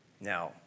Now